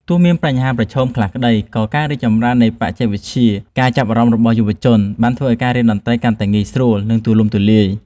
ទោះមានបញ្ហាប្រឈមខ្លះក្តី ក៏ការរីកចម្រើននៃបច្ចេកវិទ្យា និងការចាប់អារម្មណ៍របស់យុវជន បានធ្វើឲ្យការរៀនតន្ត្រីកាន់តែងាយស្រួល និងទូលំទូលាយ។